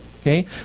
Okay